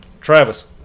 travis